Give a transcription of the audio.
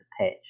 pitch